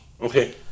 okay